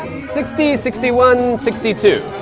sixty, sixty one, sixty two,